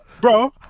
bro